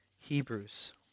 Hebrews